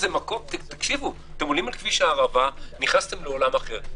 אתם עולים על כביש הערבה נכנסתם לעולם אחר.